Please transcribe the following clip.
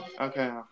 Okay